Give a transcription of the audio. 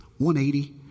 180